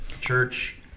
church